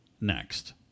next